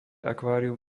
akvárium